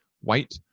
white